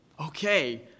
okay